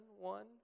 one